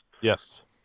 Yes